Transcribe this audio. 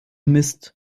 mist